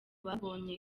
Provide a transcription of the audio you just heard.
babonye